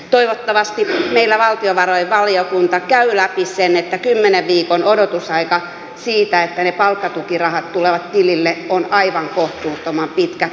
toivottavasti meillä valtiovarainvaliokunta käy läpi sen että kymmenen viikon odotusaika siitä että ne palkkatukirahat tulevat tilille on aivan kohtuuttoman pitkä